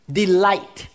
delight